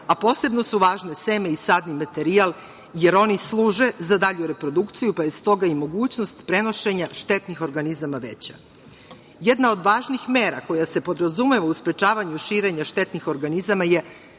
a posebno su važni seme i sadni materijal, jer oni služe za dalju reprodukcije, pa je stoga i mogućnost prenošenja štetnih organizama veća. Jedna od važnih mera koja se podrazumeva u sprečavanju širenja štetnih organizama je